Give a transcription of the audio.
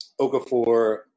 Okafor